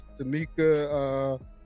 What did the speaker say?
Tamika